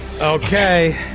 Okay